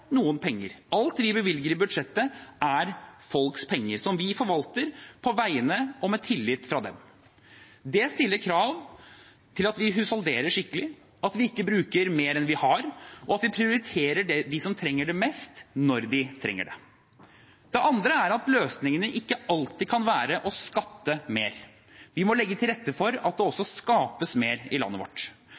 noen penger – alt vi bevilger i budsjettet, er folks penger, som vi forvalter på vegne av og med tillit fra dem. Det stiller krav til at vi husholderer skikkelig, at vi ikke bruker mer enn vi har, og at vi prioriterer dem som trenger det mest, når de trenger det. Det andre er at løsningene ikke alltid kan være å skatte mer. Vi må legge til rette for at det også skapes mer i landet vårt.